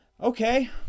okay